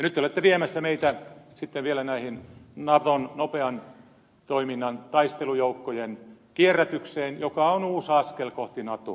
nyt te olette viemässä meitä sitten vielä tähän naton nopean toiminnan taistelujoukkojen kierrätykseen joka on uusi askel kohti natoa